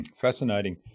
Fascinating